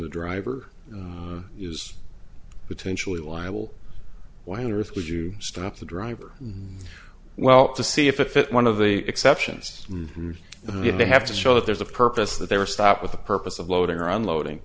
the driver is potentially liable why on earth would you stop the driver well to see if it fits one of the exceptions and yet they have to show that there's a purpose that they were stopped with the purpose of loading or unloading